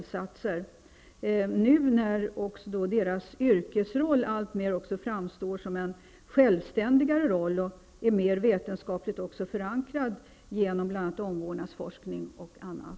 Speciellt viktigt är det nu när deras yrkesroll alltmer framstår som mer självständig och dessutom är mer vetenskapligt förankrad genom bl.a. omvårdnadsforskning och annat.